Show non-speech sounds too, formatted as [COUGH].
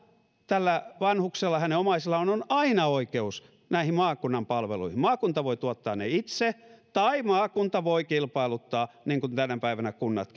vanhuksella hänen omaisillaan on aina oikeus maakunnan palveluihin maakunta voi tuottaa ne itse tai maakunta voi kilpailuttaa niin kuin tänä päivänä kunnat [UNINTELLIGIBLE]